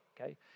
Okay